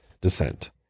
descent